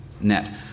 Net